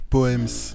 Poems